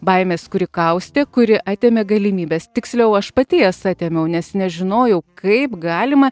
baimės kuri kaustė kuri atėmė galimybes tiksliau aš pati jas atėmiau nes nežinojau kaip galima